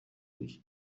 w’iki